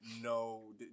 No